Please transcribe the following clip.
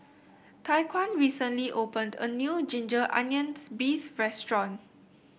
Tyquan recently opened a new Ginger Onions beef restaurant